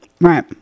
right